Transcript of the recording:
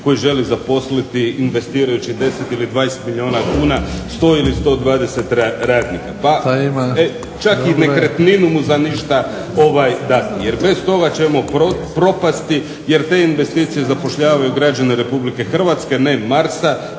koji želi zaposliti investirajući 10 ili 20 milijuna kuna, 100 ili 120 radnika. Čak i nekretninu mu za ništa dati, jer bez toga ćemo propasti. Jer te investicije zapošljavaju građane Republike Hrvatske ne Marsa,